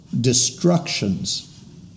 destructions